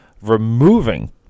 removing